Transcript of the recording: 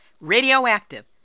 Radioactive